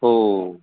हो